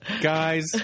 Guys